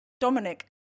Dominic